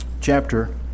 chapter